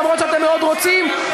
אף שאתם רוצים מאוד,